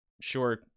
sure